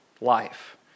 life